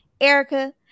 Erica